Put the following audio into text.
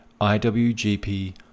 IWGP